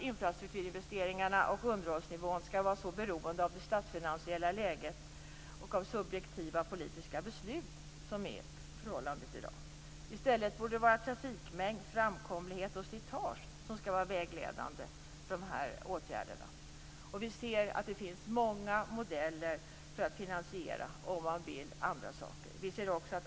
Infrastrukturinvesteringarna och underhållsnivån skall inte heller vara så beroende av det statsfinansiella läget och subjektiva politiska beslut som i dag. I stället borde det vara trafikmängd, framkomlighet och slitage som är vägledande för de här åtgärderna. Det finns många modeller för att finansiera om man vill andra saker.